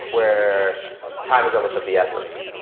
where time is almost of the essence.